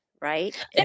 Right